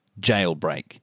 Jailbreak